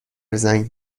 زنگ